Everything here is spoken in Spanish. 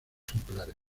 ejemplares